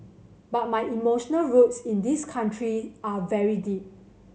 but my emotional roots in this country are very deep